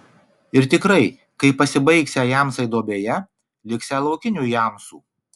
ir tikrai kai pasibaigsią jamsai duobėje liksią laukinių jamsų